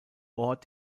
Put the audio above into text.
ort